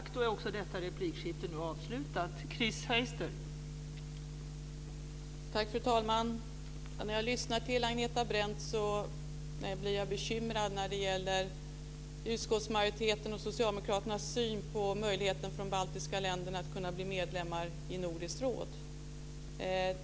Fru talman! När jag lyssnar till Agneta Brendt blir jag bekymrad när det gäller utskottsmajoritetens och socialdemokraternas syn på möjligheten för de baltiska länderna att kunna bli medlemmar i Nordiska rådet.